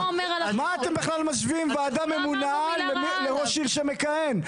מה אתם בכלל משווים ועדה ממונה לראש עיר שמכהן?